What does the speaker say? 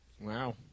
wow